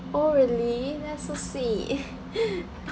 oh really that's so sweet